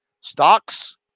stocks